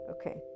okay